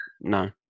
No